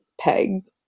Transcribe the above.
peg